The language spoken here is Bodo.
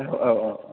औ औ औ